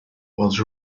was